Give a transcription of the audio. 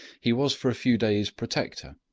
he was for a few days protector,